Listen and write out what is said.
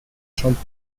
chambre